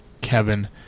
Kevin